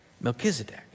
Melchizedek